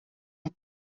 een